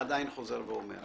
אני עדיין חוזר ואומר.